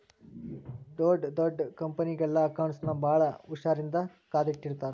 ಡೊಡ್ ದೊಡ್ ಕಂಪನಿಯೊಳಗೆಲ್ಲಾ ಅಕೌಂಟ್ಸ್ ನ ಭಾಳ್ ಹುಶಾರಿನ್ದಾ ಕಾದಿಟ್ಟಿರ್ತಾರ